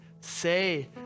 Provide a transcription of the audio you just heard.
say